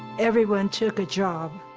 everyone took a job,